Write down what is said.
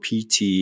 PT